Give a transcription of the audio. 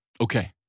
Okay